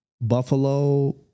Buffalo